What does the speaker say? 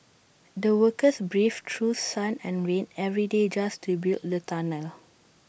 the workers braved through sun and rain every day just to build the tunnel